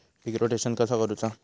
पीक rotation कसा करूचा?